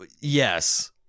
Yes